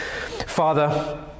Father